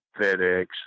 fedex